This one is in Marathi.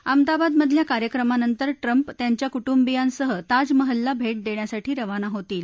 अहमदाबादमधल्या कार्यक्रमानंतर ट्रम्प त्यांच्या कुटुंबियांसह ताजमहलला भेट देण्यासाठी रवाना होतील